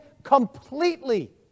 Completely